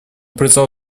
призвал